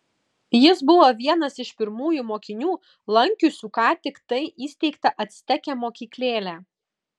jis buvo vienas iš pirmųjų mokinių lankiusių ką tiktai įsteigtą acteke mokyklėlę